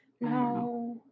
No